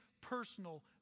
personal